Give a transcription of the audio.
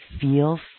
feel